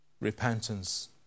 repentance